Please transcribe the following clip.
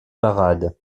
parade